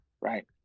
Right